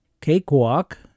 cakewalk